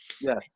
Yes